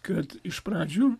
kad iš pradžių